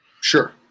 Sure